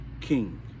king